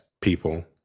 people